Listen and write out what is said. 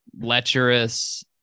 lecherous